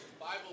Bible